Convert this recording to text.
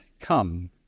come